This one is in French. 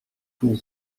pour